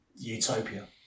Utopia